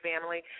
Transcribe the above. family